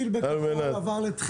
יש מוצרים שמחכים בתור ולא מגיעים לצרכן.